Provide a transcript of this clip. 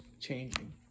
changing